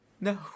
No